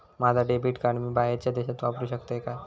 माझा debit card मी बाहेरच्या देशात वापरू शकतय काय?